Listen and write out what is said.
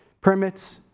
permits